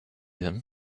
him